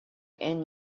and